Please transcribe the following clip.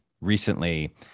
recently